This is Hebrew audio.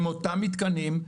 עם אותם מתקנים,